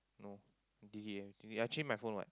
no did he did I change my phone [what]